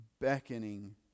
beckoning